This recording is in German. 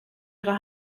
ihre